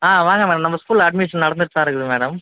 ஆ வாங்க மேடம் நம்ம ஸ்கூலில் அட்மிஷன் நடந்துட்டு தான் இருக்குது மேடம்